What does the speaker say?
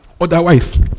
Otherwise